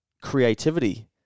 creativity